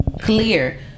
clear